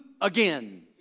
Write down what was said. again